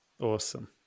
Awesome